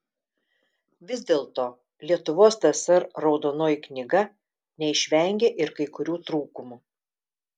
vis dėlto lietuvos tsr raudonoji knyga neišvengė ir kai kurių trūkumų